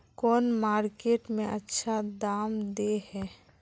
कौन मार्केट में अच्छा दाम दे है?